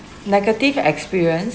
negative experience